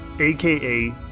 aka